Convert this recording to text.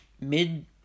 mid